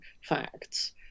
facts